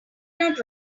not